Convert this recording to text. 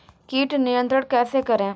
कीट नियंत्रण कैसे करें?